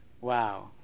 Wow